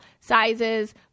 sizes